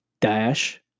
Dash